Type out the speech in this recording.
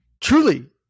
truly